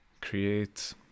create